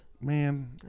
Man